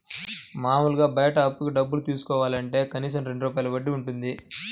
మాములుగా బయట అప్పుకి డబ్బులు తీసుకోవాలంటే కనీసం రెండు రూపాయల వడ్డీ వుంటది